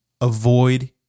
avoid